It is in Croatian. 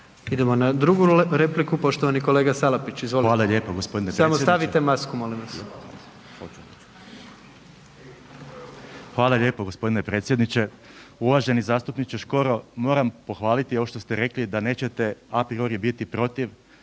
Idemo na drugu repliku, poštovani kolega Salapić, izvolite. Samo stavite masku, molim vas. **Salapić, Josip (HDSSB)** Hvala lijepo g. predsjedniče. Uvaženi zastupniče Škoro, moram pohvaliti ovo što ste rekli da nećete a priori biti protiv